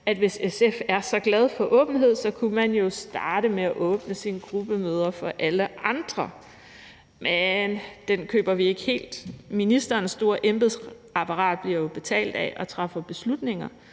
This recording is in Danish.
at hvis SF er så glad for åbenhed, kunne man jo starte med at åbne sine gruppemøder for alle andre. Men den køber vi ikke helt. Ministerens store embedsapparat bliver jo betalt af og træffer beslutninger